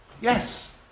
Yes